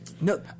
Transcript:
No